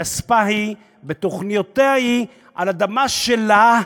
בכספה-שלה, בתוכניותיה-שלה, על אדמה שלה,